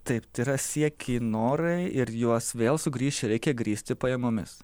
taip yra siekiai norai ir juos vėl sugrįšiu reikia grįsti pajamomis